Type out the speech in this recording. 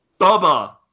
Bubba